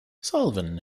sullivan